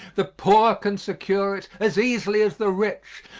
the poor can secure it as easily as the rich,